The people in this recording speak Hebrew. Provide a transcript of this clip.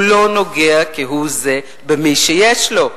הוא לא נוגע כהוא זה במי שיש לו.